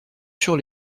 sur